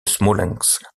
smolensk